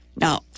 Now